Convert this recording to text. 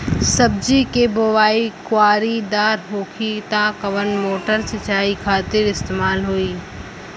सब्जी के बोवाई क्यारी दार होखि त कवन मोटर सिंचाई खातिर इस्तेमाल होई?